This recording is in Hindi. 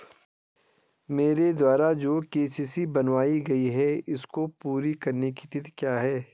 मेरे द्वारा जो के.सी.सी बनवायी गयी है इसको पूरी करने की तिथि क्या है?